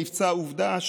למבצע עובדה,